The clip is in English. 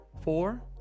Four